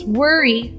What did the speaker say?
worry